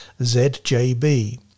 ZJB